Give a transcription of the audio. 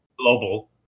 global